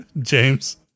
James